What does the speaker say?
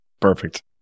perfect